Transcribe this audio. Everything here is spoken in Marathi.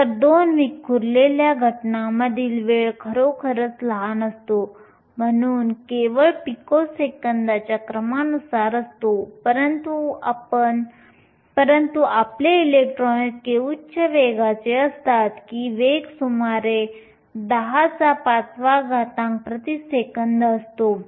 तर दोन विखुरलेल्या घटनांमधील वेळ खरोखरच लहान असतो म्हणून वेळ पिकोसेकंदांच्या क्रमानुसार असतो परंतु आपले इलेक्ट्रॉन इतके उच्च वेगाचे असतात की वेग सुमारे 105 s 1 असतो